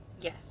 Yes